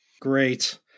Great